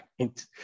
Right